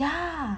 ya